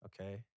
Okay